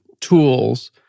tools